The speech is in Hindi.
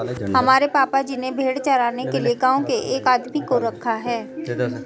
हमारे पापा जी ने भेड़ चराने के लिए गांव के एक आदमी को रखा है